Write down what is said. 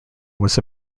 was